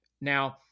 Now